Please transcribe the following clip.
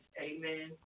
Amen